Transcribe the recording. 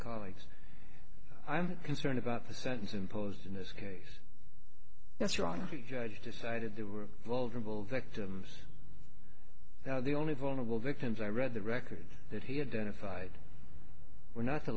colleagues i'm concerned about the sentence imposed in this case that's wrong the judge decided there were vulnerable victims the only vulnerable victims i read the record that he had and if i were not the